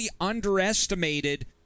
underestimated